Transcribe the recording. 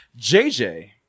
JJ